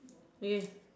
okay